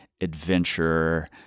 adventurer